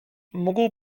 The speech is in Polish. mógł